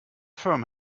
firm